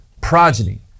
progeny